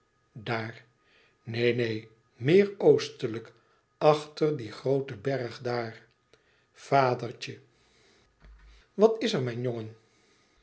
daar neen neen meer oostelijk achter dien grooten berg daar vadertje wat is er mijn jongen